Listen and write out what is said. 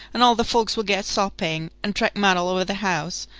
and all the folks will get sopping. and track mud all over the house.